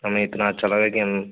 हमें इतना अच्छा लगा कि हम